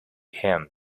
him